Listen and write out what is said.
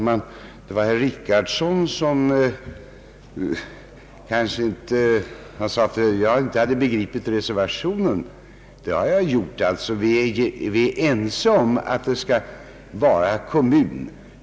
Herr talman! Herr Richardson sade att jag inte begripit reservationen. Det har jag gjort. Vi är ense om att beteckningen skall vara kommun.